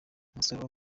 umusaruro